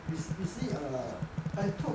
you you see err I took